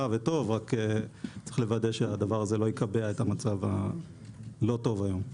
וטוב רק צריך לוודא שהדבר הזה לא יקבע את המצב הלא טוב היום.